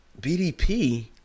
BDP